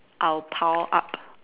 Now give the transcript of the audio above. I will power up